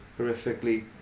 horrifically